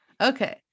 Okay